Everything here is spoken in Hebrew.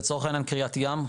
לצורך קריית ים,